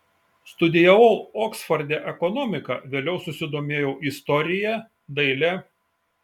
studijavau oksforde ekonomiką vėliau susidomėjau istorija daile